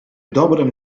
dobrem